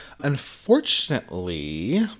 Unfortunately